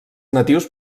natius